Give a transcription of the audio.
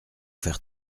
faire